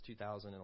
2011